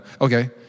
Okay